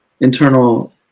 internal